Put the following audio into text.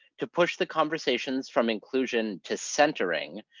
to push the conversations from inclusion to centring,